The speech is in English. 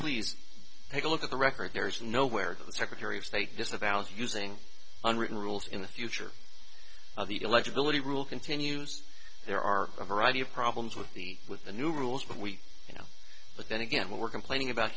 please take a look at the record there is no where the secretary of state disavows using unwritten rules in the future of the electability rule continues there are a variety of problems with the with the new rules but we you know but then again what we're complaining about